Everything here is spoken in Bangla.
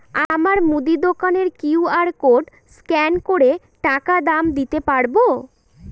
আমার মুদি দোকানের কিউ.আর কোড স্ক্যান করে টাকা দাম দিতে পারব?